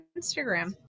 Instagram